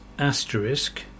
asterisk